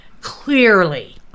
Clearly